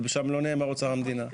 שם לא נאמר אוצר המדינה.